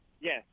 Yes